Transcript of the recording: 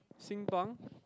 Sing-Pang